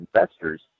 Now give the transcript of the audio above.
investors